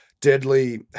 Deadly